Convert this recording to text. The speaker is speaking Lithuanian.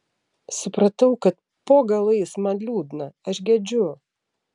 supratau kad po galais man liūdna aš gedžiu